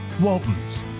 Waltons